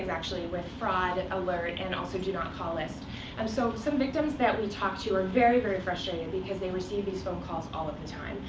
actually, with fraud alert and also do not call list um so some victims that we talk to are very, very frustrated and because they receive these phone calls all of the time.